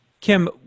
Kim